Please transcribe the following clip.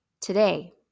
Today